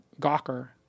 Gawker